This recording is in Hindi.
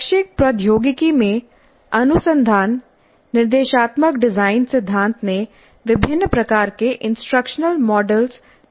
शैक्षिक प्रौद्योगिकी में अनुसंधान निर्देशात्मक डिजाइन सिद्धांत ने विभिन्न प्रकार के इंस्ट्रक्शनल मॉडल तैयार किए हैं